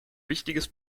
wichtiges